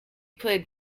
played